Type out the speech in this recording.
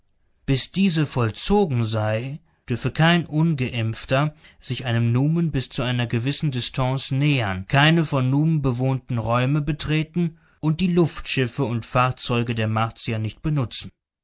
bis diese vollzogen sei dürfe kein ungeimpfter sich einem numen bis zu einer gewissen distanz nähern keine von numen bewohnte räume betreten und die luftschiffe und fahrzeuge der martier nicht benutzen